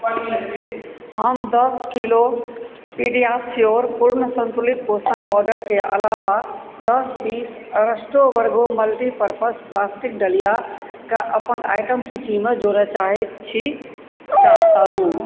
हम दस kilo PediaSure पूर्ण संतुलित पोषण पावडरके अलावा दस piece Aristo Virgo multipurpose plastic डलिया के अपन आइटम सूचीमे जोड़य चाहैत छी चाहता हूं